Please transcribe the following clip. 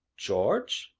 george.